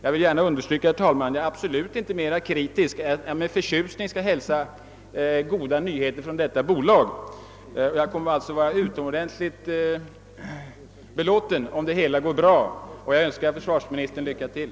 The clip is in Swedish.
Då vill jag understryka att jag absolut inte är mera kritisk än att jag med förtjusning skall hälsa goda nyheter från detta bolag. Om verksamheten där går bra skall jag bli utomordentligt belåten. Jag önskar försvarsministern lycka till.